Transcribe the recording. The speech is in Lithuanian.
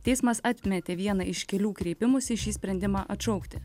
teismas atmetė vieną iš kelių kreipimųsi šį sprendimą atšaukti